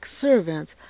servants